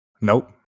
Nope